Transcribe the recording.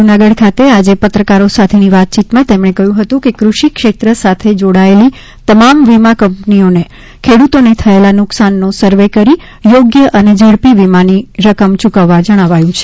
જૂનાગઢ ખાતે આજે પત્રકારો સાથેની વાતયીતમાં તેમણે કહ્યુ હતુ કે ફૃષિક્ષેત્ર સાથે જોડાયેલી તમામ વીમા કંપનીઓને ખેડૂતોને થયેલા નુકસાનનો સર્વે કરી યોગ્ય અને ઝડપી વીમાની રકમ યૂકવવા જણાવાયું છે